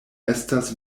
estas